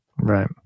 Right